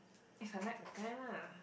if I like the guy lah